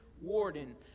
warden